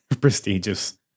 prestigious